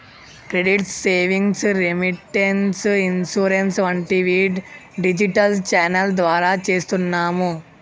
credit savings, remittance, insurance వంటివి digital channel ద్వారా చేస్తున్నాము